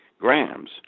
grams